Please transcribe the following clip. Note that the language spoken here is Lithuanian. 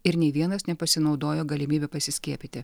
ir nei vienas nepasinaudojo galimybe pasiskiepyti